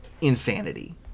insanity